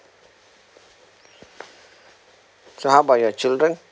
so how about your children